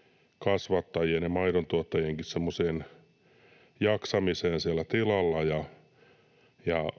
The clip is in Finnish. eläintenkasvattajien ja maidontuottajienkin jaksamiseen siellä tilalla, ja